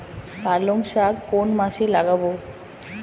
পালংশাক কোন মাসে লাগাব?